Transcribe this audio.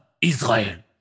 Israel